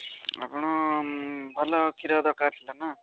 ଆପଣ ଭଲ କ୍ଷୀର ଦରକାର ଥିଲା ନା